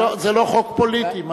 זה לא חוק פוליטי.